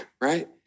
right